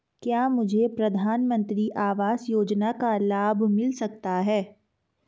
क्या मुझे प्रधानमंत्री आवास योजना का लाभ मिल सकता है?